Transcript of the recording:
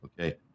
Okay